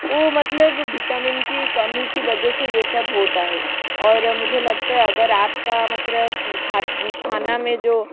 ओ मतलब भीटामिन की कमी की वजह से यह सब होता है और मुझे लगता है अगर आपका मतलब खाद खाना में जो